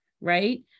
right